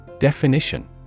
Definition